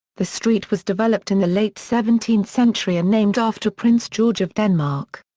the street was developed in the late seventeenth century and named after prince george of denmark.